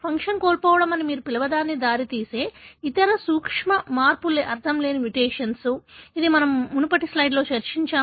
function కోల్పోవడం అని మీరు పిలవడానికి దారితీసే ఇతర సూక్ష్మ మార్పు అర్ధంలేని మ్యుటేషన్ ఇది మనము మునుపటి స్లయిడ్లో చర్చించాము